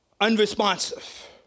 unresponsive